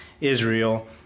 Israel